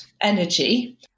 energy